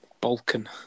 Balkan